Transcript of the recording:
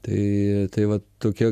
tai tai va tokia